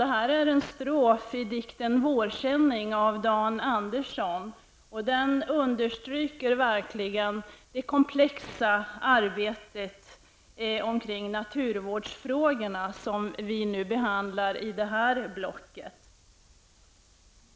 Det jag läste upp var en strof i dikten Vårkänning av Dan Andersson. Den understryker verkligen det komplexa arbetet omkring naturvårdsfrågorna, som vi nu behandlar i detta debattblock.